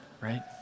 right